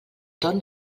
torn